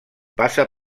passa